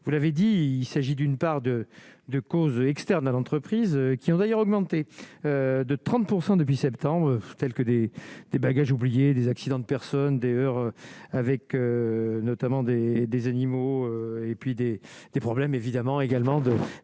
vous l'avez dit, il s'agit d'une part de de causes externes à l'entreprise, qui ont d'ailleurs augmenté de 30 % depuis septembre, tels que des des bagages oubliés des accidents de personnes Des heurts avec notamment des des animaux et puis des des problèmes évidemment également de